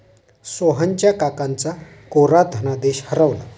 सोहनच्या काकांचा कोरा धनादेश हरवला